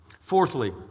Fourthly